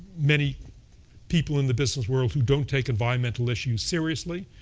many people in the business world who don't take environmental issues seriously.